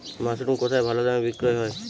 Mushroom কেথায় ভালোদামে বিক্রয় হয়?